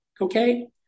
Okay